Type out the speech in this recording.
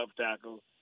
tackle